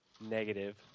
negative